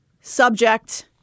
subject